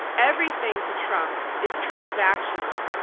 everything to trump is transactional.